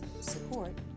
support